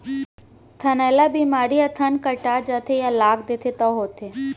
थनैला बेमारी ह थन कटा जाथे या लाग देथे तौ होथे